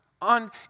on